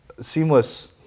seamless